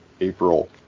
April